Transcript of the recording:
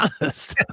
honest